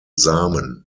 samen